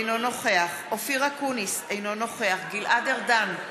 אינו נוכח אופיר אקוניס, אינו נוכח גלעד ארדן,